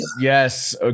Yes